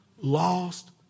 lost